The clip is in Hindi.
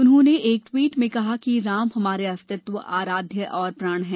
उन्होंने एक ट्वीट में कहा है कि राम हमारे अस्तित्व आराध्य और प्राण हैं